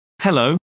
Hello